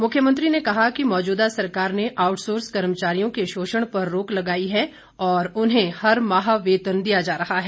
मुख्यमंत्री ने कहा कि मौजूदा सरकार ने आउटसोर्स कर्मचारियों के शोषण पर रोक लगाई है और उन्हें हर माह वेतन दिया जा रहा है